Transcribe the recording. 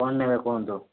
କ'ଣ ନେବେ କୁହନ୍ତୁ